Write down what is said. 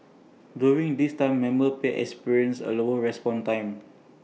during this time members may experience A slower response time